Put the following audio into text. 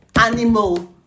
animal